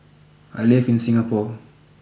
I live in Singapore